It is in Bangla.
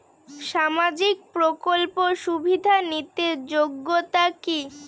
সামাজিক প্রকল্প সুবিধা নিতে যোগ্যতা কি?